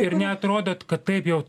ir neatrodot kad taip jau